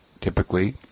typically